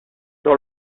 dans